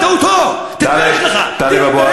תודה רבה.